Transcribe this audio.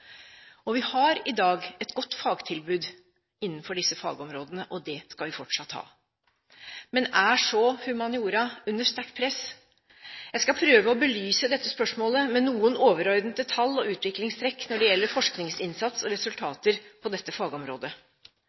dette. Vi har i dag et godt fagtilbud innenfor disse fagområdene – og det skal vi fortsatt ha. Men er humaniora under sterkt press? Jeg skal prøve å belyse dette spørsmålet med noen overordnede tall og utviklingstrekk når det gjelder forskningsinnsats og -resultater på dette fagområdet.